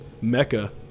mecca